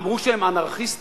אמרו שהם "אנרכיסטים".